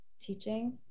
teaching